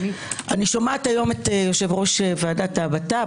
אני שומעת היום את יושב-ראש ועדת הבט"פ,